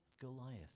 Goliath